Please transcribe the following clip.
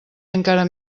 encara